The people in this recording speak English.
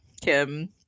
Kim